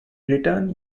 return